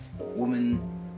woman